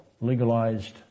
legalized